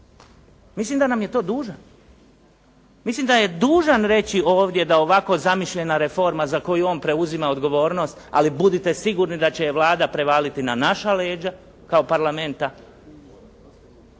Mislim da nam je to dužan. Mislim da je dužan reći ovdje da ovako zamišljena reforma za koju on preuzima odgovornost, ali budite sigurni da će je Vlada prevaliti na naša leđa kao Parlamenta,